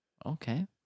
Okay